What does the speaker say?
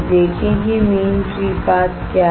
देखें कि mean free path क्या है